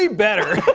better.